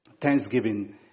Thanksgiving